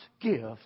gift